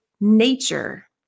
nature